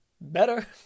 better